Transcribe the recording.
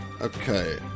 Okay